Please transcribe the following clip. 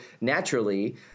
naturally